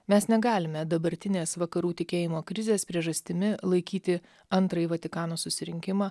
mes negalime dabartinės vakarų tikėjimo krizės priežastimi laikyti antrąjį vatikano susirinkimą